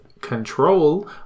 control